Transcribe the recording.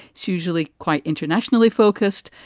it's usually quite internationally focused,